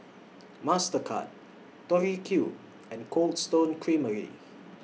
Mastercard Tori Q and Cold Stone Creamery